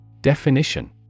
Definition